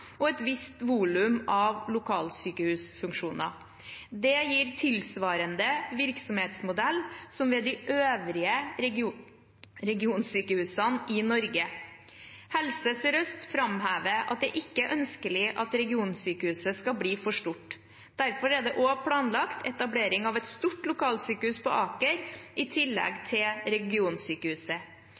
og et visst volum av lokalsykehusfunksjoner. Det gir tilsvarende virksomhetsmodell som ved de øvrige regionsykehusene i Norge. Helse Sør-Øst framhever at det ikke er ønskelig at regionsykehuset skal bli for stort. Derfor er det også planlagt etablering av et stort lokalsykehus på Aker i tillegg til regionsykehuset.